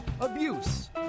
abuse